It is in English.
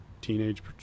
teenage